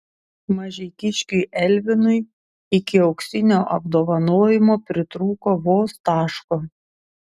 mažeikiškiui elvinui iki auksinio apdovanojimo pritrūko vos taško